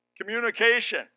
Communication